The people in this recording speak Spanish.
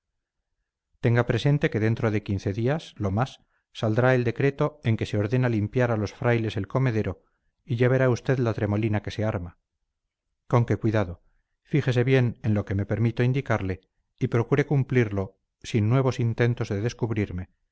tenga presente que dentro de quince días lo más saldrá el decreto en que se ordena limpiar a los frailes el comedero y ya verá usted la tremolina que se arma con que cuidado fíjese bien en lo que me permito indicarle y procure cumplirlo sin nuevos intentos de descubrirme